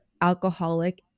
alcoholic